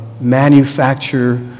manufacture